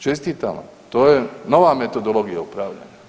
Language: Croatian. Čestitam vam, to je nova metodologija upravljanja.